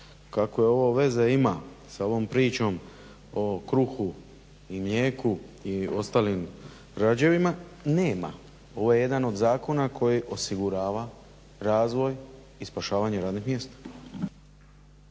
Kakve ovo veze ima sa ovom pričom o kruhu i mlijeku, i ostalim …/Ne razumije se./… nema, ovo je jedan od zakona koji osigurava razvoj i spašavanje radnih mjesta.